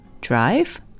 drive